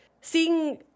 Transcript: seeing